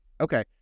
Okay